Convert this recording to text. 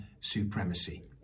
supremacy